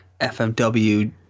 FMW